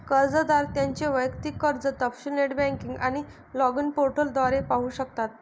कर्जदार त्यांचे वैयक्तिक कर्ज तपशील नेट बँकिंग आणि लॉगिन पोर्टल द्वारे पाहू शकतात